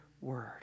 word